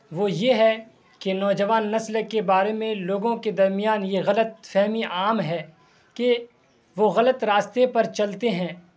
وہ یہ ہے کہ نوجوان نسل کے بارے میں لوگوں کے درمیان یہ غلط فہمی عام ہے کہ وہ غلط راستے پر چلتے ہیں